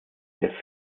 der